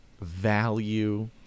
value